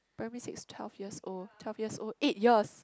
primary six twelve years old twelve years old eight years